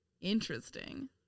Interesting